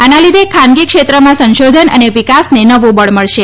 આના લીધે ખાનગી ક્ષેત્રમાં સંશોધન અને વિકાસને નવુ બળ મળશે